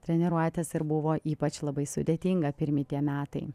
treniruotis ir buvo ypač labai sudėtinga pirmi tie metai